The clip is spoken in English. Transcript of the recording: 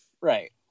Right